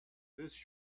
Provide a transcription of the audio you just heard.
this